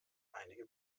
einige